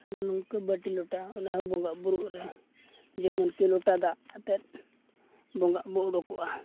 ᱟᱨ ᱱᱚᱝᱠᱟ ᱵᱟᱹᱴᱤ ᱞᱚᱴᱟ ᱚᱱᱟᱦᱚᱸ ᱵᱚᱸᱜᱟᱜ ᱵᱩᱨᱩᱜ ᱨᱮ ᱡᱮᱢᱚᱱ ᱠᱤ ᱞᱚᱴᱟ ᱫᱟᱜ ᱟᱛᱮᱫ ᱵᱚᱸᱜᱟᱜ ᱵᱚ ᱩᱰᱩᱠᱚᱜᱼᱟ